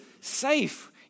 safe